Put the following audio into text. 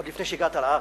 עוד לפני שהגעת לארץ,